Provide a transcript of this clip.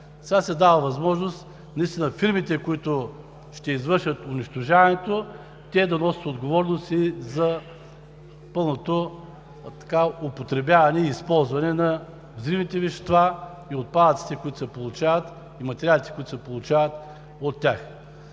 Сега се дава възможност наистина фирмите, които ще извършат унищожаването, да носят отговорност и за пълното употребяване и използване на взривните вещества и материалите, които се получават от тях.